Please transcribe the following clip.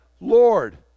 Lord